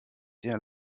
der